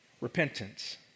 repentance